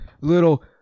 little